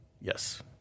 Yes